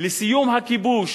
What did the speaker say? לסיום הכיבוש,